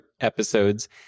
episodes